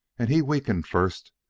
and he weakened first,